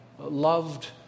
loved